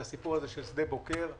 הסיפור של שדה בוקר,